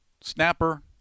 snapper